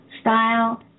style